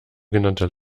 genannter